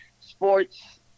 sports